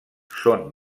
són